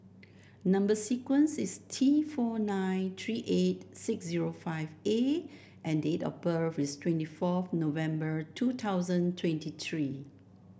number sequence is T four nine three eight six zero five A and date of birth is twenty four November two thousand twenty three